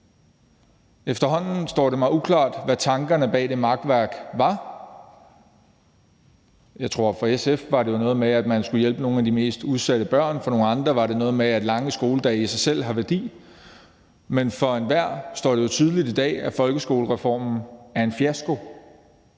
Efterhånden er det uklart for mig, hvad tankerne bag det makværk var. Jeg tror, at det for SF var noget med, at man skulle hjælpe nogle af de mest udsatte børn, og for nogle andre var det noget med, at lange skoledage i sig selv har værdi, men for enhver er det jo tydeligt i dag, at folkeskolereformen er en fiasko.